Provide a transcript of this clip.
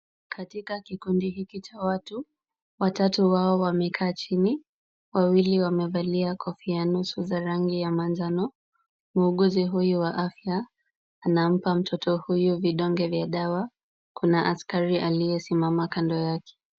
Katika kikundi hiki cha watu, watatu wao wamekaa chini, wawili wamevalia kofia nusu za rangi ya manjano. Muuguzi huyu wa afya anampa mtoto huyu vidonge vya dawa. Kuna askari aliyesimama kando yake.